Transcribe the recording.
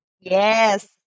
Yes